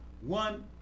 one